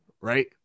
right